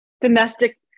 Domestic